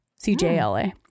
CJLA